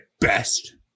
best